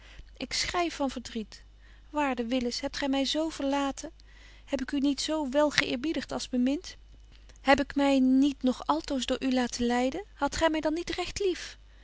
ik schrei van verdriet waarde willis hebt gy my zo verlaten heb ik u niet zo wel geeerbiedigt als bemint heb ik my niet nog altoos door u laten leiden hadt gy my dan niet recht lief